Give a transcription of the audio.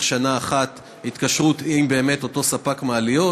שנה אחת התקשרות עם אותו ספק מעליות,